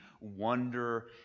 wonder